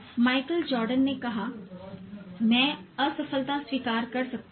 Michael Jordan ने कहा "मैं असफलता स्वीकार कर सकता हूं